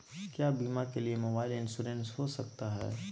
क्या बीमा के लिए मोबाइल इंश्योरेंस हो सकता है?